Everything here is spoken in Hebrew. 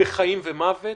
בחיים ומוות,